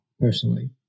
personally